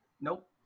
Nope